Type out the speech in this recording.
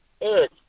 Eric